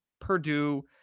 Purdue